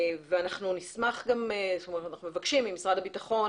ואנחנו מבקשים ממשרד הביטחון